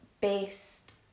based